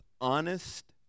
honest